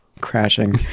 crashing